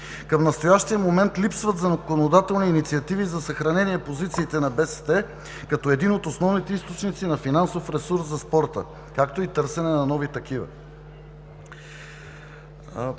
Към настоящия момент липсват законодателни инициативи за съхранение позициите на БСТ като един от основните източници на финансов ресурс за спорта, както и търсене на нови такива.